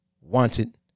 wanted